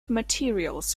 materials